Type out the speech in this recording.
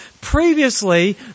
Previously